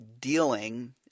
dealing